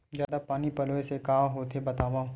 जादा पानी पलोय से का होथे बतावव?